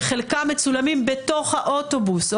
שחלקם מצולמים בתוך האוטובוס.